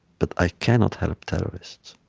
but i cannot help terrorists.